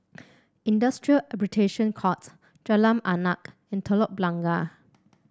Industrial Arbitration Court Jalan Arnap and Telok Blangah